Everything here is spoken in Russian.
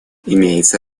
имеется